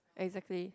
exactly